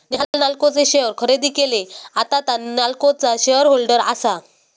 नेहान नाल्को चे शेअर खरेदी केले, आता तां नाल्कोचा शेअर होल्डर आसा